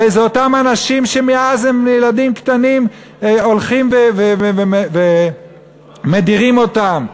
הרי זה אותם אנשים שמאז שהם ילדים קטנים הולכים ומדירים אותם,